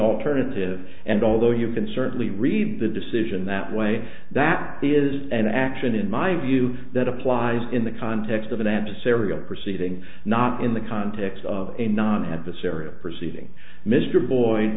alternative and although you can certainly read the decision that way that is an action in my view that applies in the context of an abscess area proceeding not in the context of a non adversarial proceeding mr boy